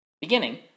beginning